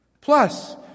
Plus